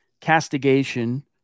castigation